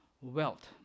wealth